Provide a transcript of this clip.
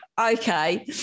okay